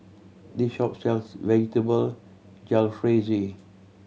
this shop sells Vegetable Jalfrezi